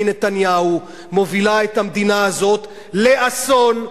נתניהו מובילה את המדינה הזאת לאסון,